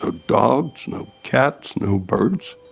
ah dogs, no cats, no birds